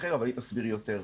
אבל היא תסביר יותר.